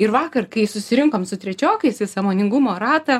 ir vakar kai susirinkom su trečiokais į sąmoningumo ratą